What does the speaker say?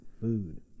food